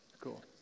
cool